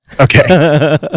Okay